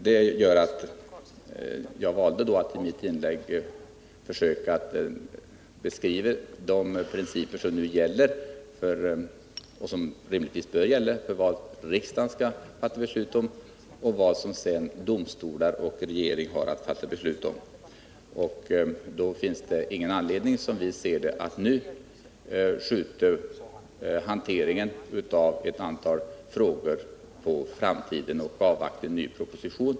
Därför valde jag i mitt inlägg att försöka beskriva de principer som nu gäller, och som också rimligtvis bör gälla, för vad riksdagen skall fatta beslut om och vad sedan domstolar och regering har att besluta om. Enligt vår åsikt finns det inte någon anledning att nu skjuta hanteringen av ett antal frågor på framtiden och avvakta en ny proposition.